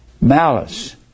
malice